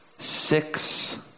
Six